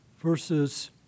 versus